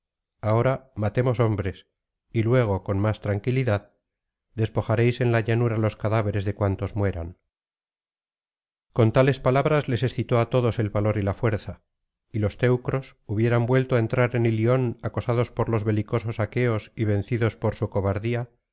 ahora matemos hombres y luego con más tranquilidad despojaréis en la llanura los cadáveres de cuantos mueran con tales palabras les excitó á todos el valor y la fuerza y los teucros hubieran vuelto á entrar en ilion acosados por los belicosos aqueos y vencidos por su cobardía